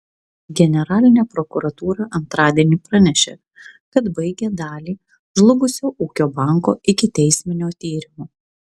generalinė prokuratūra antradienį pranešė kad baigė dalį žlugusio ūkio banko ikiteisminio tyrimo